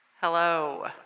Hello